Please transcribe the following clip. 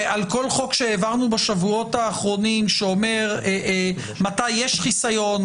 ועל כל חוק שהעברנו בשבועות האחרונים שאומר מתי יש חיסיון,